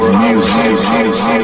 music